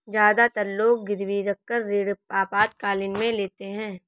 ज्यादातर लोग गिरवी रखकर ऋण आपातकालीन में लेते है